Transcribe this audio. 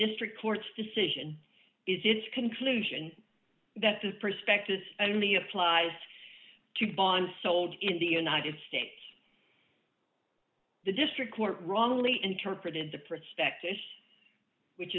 district court's decision is its conclusion that the prospectus only applies to bonds sold in the united states the district court wrongly interpreted the prospectus which